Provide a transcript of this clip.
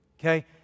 okay